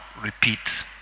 repeat